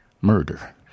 Murder